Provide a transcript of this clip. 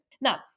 Now